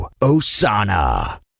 Osana